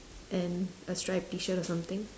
and a striped T-shirt or something